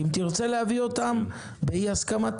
אם תרצה להביא אותם באי הסכמה,